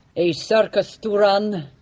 a circus to run.